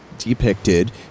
depicted